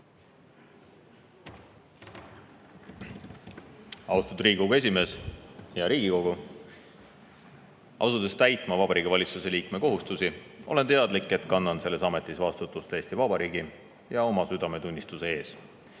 Austatud Riigikogu esimees! Hea Riigikogu! Asudes täitma Vabariigi Valitsuse liikme kohustusi, olen teadlik, et kannan selles ametis vastutust Eesti Vabariigi ja oma südametunnistuse ees.